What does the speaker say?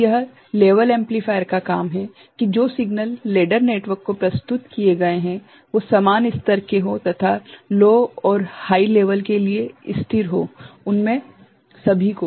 तो यह level amplifier का काम है की जो सिग्नल लेडर नेटवर्क को प्रस्तुत किए गए हैं वो समान स्तर के हो तथा लो और हाइ लेवल के लिए स्थिर हो उनमे सभी को